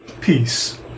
peace